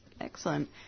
Excellent